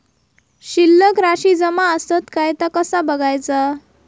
शिल्लक राशी जमा आसत काय ता कसा बगायचा?